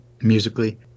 musically